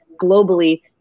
globally